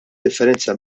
differenza